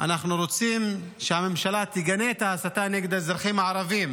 אנחנו רוצים שהממשלה תגנה את ההסתה נגד האזרחים הערבים.